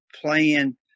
playing